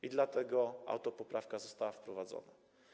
I dlatego autopoprawka została wprowadzona.